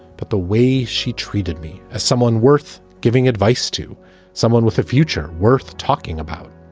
but the way she treated me as someone worth giving advice to someone with a future worth talking about.